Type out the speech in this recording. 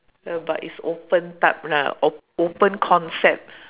ya but it's open type lah op~ open concept